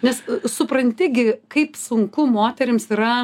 nes supranti gi kaip sunku moterims yra